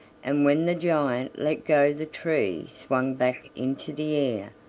and when the giant let go the tree swung back into the air,